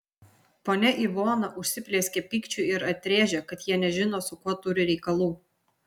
ponia ivona užsiplieskė pykčiu ir atrėžė kad jie nežino su kuo turi reikalų